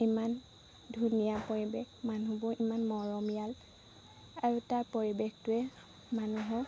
ইমান ধুনীয়া পৰিৱেশ মানুহবোৰ ইমান মৰমীয়াল আৰু তাৰ পৰিৱেশটোৱে মানুহক